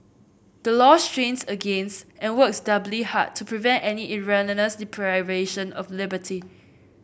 the law strains against and works doubly hard to prevent any erroneous deprivation of liberty